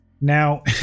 Now